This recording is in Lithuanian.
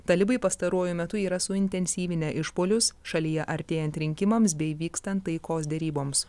talibai pastaruoju metu yra suintensyvinę išpuolius šalyje artėjant rinkimams bei vykstant taikos deryboms